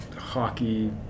hockey